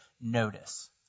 notice